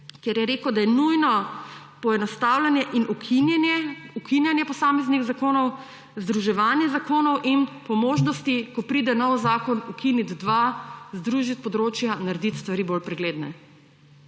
kjer je rekel, da je nujno poenostavljanje in ukinjanje posameznih zakonov, združevanje zakonov in po možnosti, ko pride nov zakon ukiniti dva, združiti področja, narediti stvari bolj pregledne.